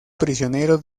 prisionero